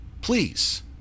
Please